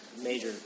major